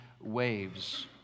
waves